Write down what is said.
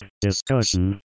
discussion